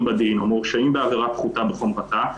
בדין או מורשעים בעבירה פחותה בחומרתה.